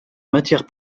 matières